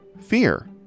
fear